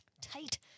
tight